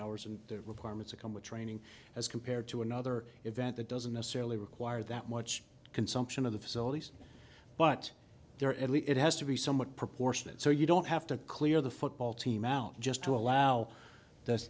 hours and the requirements of come with training as compared to another event that doesn't necessarily require that much consumption of the facilities but there at least it has to be somewhat proportionate so you don't have to clear the football team out just to allow